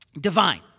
divine